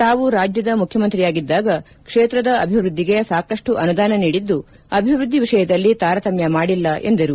ತಾವು ರಾಜ್ಯದ ಮುಖ್ಯಮಂತ್ರಿಯಾಗಿದ್ದಾಗ ಕ್ಷೇತ್ರದ ಅಭಿವೃದ್ಧಿಗೆ ಸಾಕಷ್ಟು ಅನುದಾನ ನೀಡಿದ್ದು ಅಭಿವೃದ್ಧಿ ವಿಷಯದಲ್ಲಿ ತಾರತಮ್ಮ ಮಾಡಿಲ್ಲ ಎಂದರು